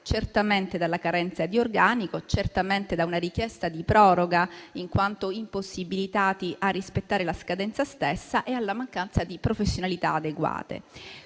certamente dalla carenza di organico, certamente da una richiesta di proroga, in quanto impossibilitati a rispettare la scadenza stessa, e dalla mancanza di professionalità adeguate.